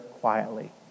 quietly